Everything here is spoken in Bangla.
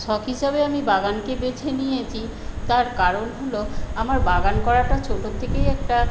শখ হিসাবে আমি বাগানকে বেছে নিয়েছি তার কারণ হল আমার বাগান করাটা ছোটো থেকেই একটা